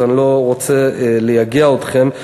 אז אני לא רוצה לייגע אתכם.